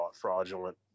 fraudulent